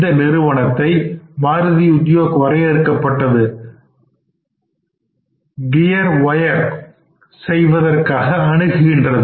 இந்த நிறுவனத்தை மாருதி உத்யோக் வரையறுக்கப்பட்டது கியர் வயர் செய்வதற்காக அணுகுகின்றது